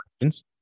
questions